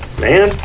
man